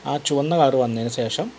ആ ചുവന്ന കളർ വന്നതിനു ശേഷം